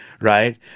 Right